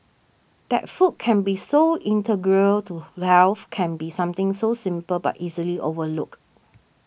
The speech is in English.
that food can be so integral to health can be something so simple but easily overlooked